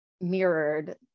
mirrored